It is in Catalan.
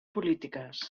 polítiques